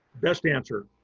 best answer.